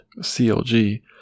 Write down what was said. clg